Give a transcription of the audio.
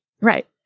Right